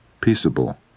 PEACEABLE